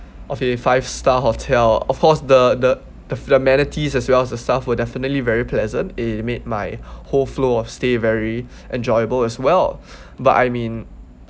of a five star hotel of course the the the the amenities as well as the staff will definitely very pleasant it made my whole flow of stay very enjoyable as well but I mean